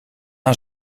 een